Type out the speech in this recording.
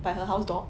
by her house dog